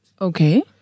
Okay